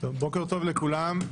טובים לכולם.